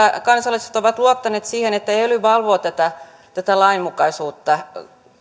kansalaiset ovat luottaneet siihen että ely valvoo tätä tätä lainmukaisuutta